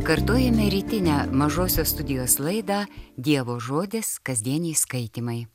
kartojame rytinę mažosios studijos laidą dievo žodis kasdieniai skaitymai